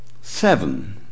Seven